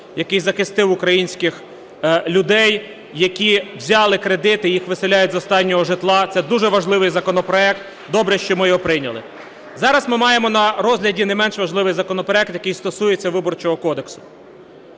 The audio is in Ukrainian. який захистив українських людей, які взяли кредити і їх виселяють з останнього житла. Це дуже важливий законопроект, добре, що ми його прийняли. Зараз ми маємо на розгляді не менш важливий законопроект, який стосується Виборчого кодексу.